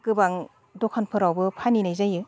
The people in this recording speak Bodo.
गोबां दखानफोरावबो फानहैनाय जायो